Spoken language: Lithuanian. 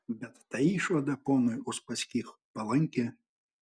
bet ta išvada ponui uspaskich palanki